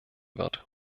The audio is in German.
wird